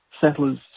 settlers